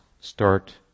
start